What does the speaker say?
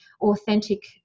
authentic